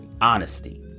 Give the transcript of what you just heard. honesty